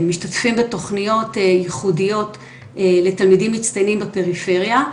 משתתפים בתוכניות ייחודיות לתלמידים מצטיינים בפריפריה,